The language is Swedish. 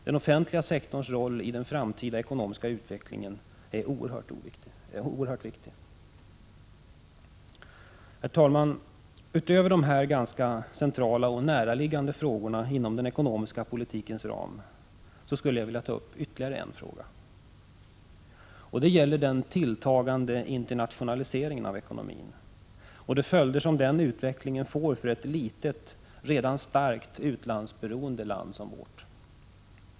Den offentliga sektorns roll i den framtida ekonomiska utvecklingen är oerhört viktig. Herr talman! Utöver dessa ganska centrala och näraliggande frågor inom den ekonomiska politikens ram skulle jag vilja ta upp ytterligare en fråga. Det gäller den tilltagande internationaliseringen av ekonomin och de följder som den utvecklingen får för ett litet, redan starkt utlandsberoende land som vårt.